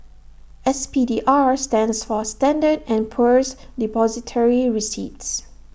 S P D R stands for standard and Poor's Depository receipts